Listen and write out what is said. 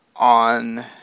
On